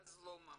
אז הוא לא ממשיך.